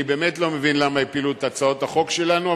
אני באמת לא מבין למה הפילו את הצעות החוק שלנו,